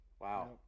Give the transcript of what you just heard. Wow